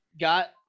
got